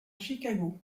chicago